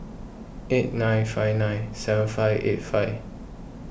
eight nine five nine seven five eight five